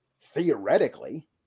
Theoretically